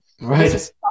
Right